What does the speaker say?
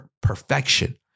Perfection